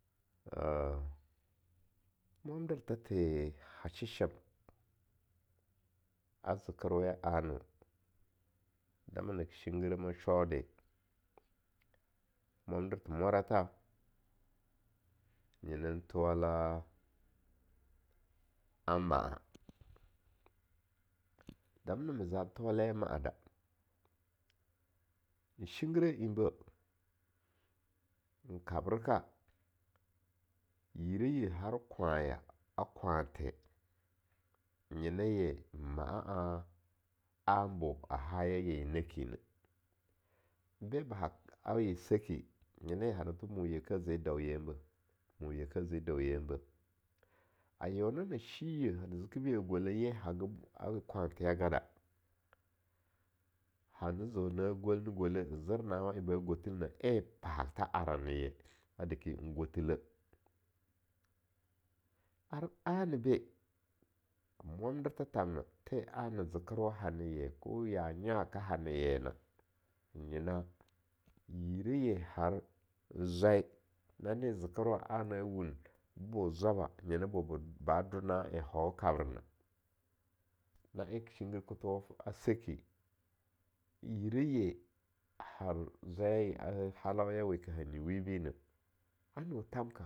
Mwandertha the na shehem a zekerweya ana dama na ka shinggirehma shode, mwandertha mwaratha nyenan thowala a mo'a damna ma za thowaleya ma'a da, n shinggireh en beh, n kabreka, yire ye har kwanya a kwanthe, nyena yen ma'a an anbo a haya ye naki be ba ha ayeseki nyena ye hana tho bo mo yekehze dan yenbeh, mo yekeh zedau yenbeh, a yeo na ne shiye hana zikeh be gweleh ye haga a kwanthe ya gada hane ze na gwel na gweleh zer nawa en ba gwetulne en pahatha ara ne ye adeki n gwethileh, ar ana beh mwamdertha thamna the ana zekerwa hana ye ko ya nya ka hana ye na nyena yireye har zwai, nani zekewa ana wun bo zwaba nyena boba ba do na en han kabrena, na en ke shinggir ketho a seki yire ye har zwai a halauyawe ka hanyi wibi neh, ano thanka.